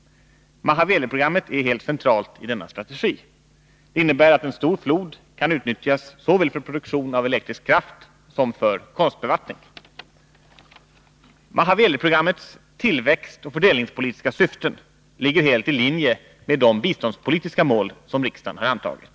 Mahaweliprogrammet är helt centralt i denna strategi. Det innebär att en stor flod kan utnyttjas såväl för produktion av elektrisk kraft som för konstbevattning. Mahaweliprogrammets tillväxtoch fördelningspolitiska syften ligger helt i linje med de biståndspolitiska mål som riksdagen har antagit.